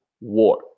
war